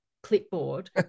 clipboard